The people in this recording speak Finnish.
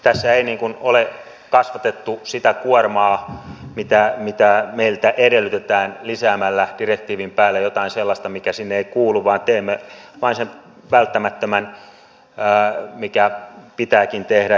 tässä ei ole kasvatettu sitä kuormaa mitä meiltä edellytetään lisäämällä direktiivin päälle jotain sellaista mikä sinne ei kuulu vaan teemme vain sen välttämättömän mikä pitääkin tehdä